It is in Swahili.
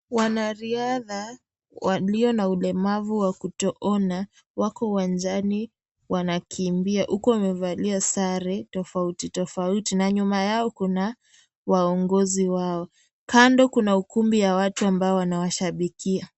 Wanariadha walio na ulemavu wa kutoona wako uwanjani wanakimbia huku wamevalia sare tofauti tofauti na nyuma yao kuna waongozi wao. Kando kuna ukumbi ya watu ambao wanawashabikia.